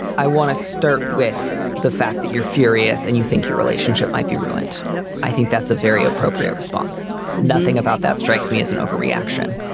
i want to start with the fact that you're furious and you think your relationship might be ruined. yeah i think that's a very appropriate response. nothing about that strikes me as an overreaction.